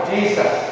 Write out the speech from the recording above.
Jesus